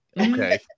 okay